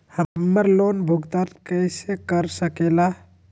हम्मर लोन भुगतान कैसे कर सके ला?